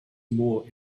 more